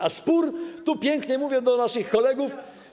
A spór - tu pięknie mówię do naszych kolegów.